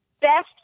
best